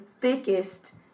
thickest